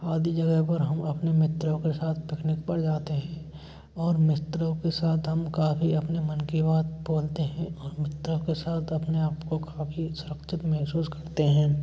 आदि जगह पर हम अपने मित्रों के साथ पिकनिक पर जाते हें और मित्रों के साथ हम काफ़ी अपने मन की बात बोलते हैं और मित्रों के साथ अपने आपको काफी सुरक्षित महसूस करते हैं